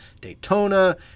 Daytona